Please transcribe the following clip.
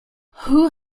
who